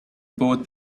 both